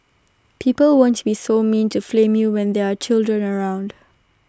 people won't be so mean to flame you when there are children around